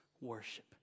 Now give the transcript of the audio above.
worship